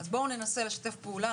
אז בואו ננסה לשתף פעולה,